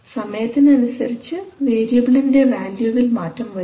സമയത്തിനനുസരിച്ച് വേരിയബിളിൻറെ വാല്യൂവിൽ മാറ്റം വരും